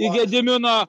į gedimino